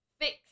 Fix